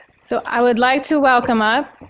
so i would like to welcome up